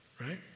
right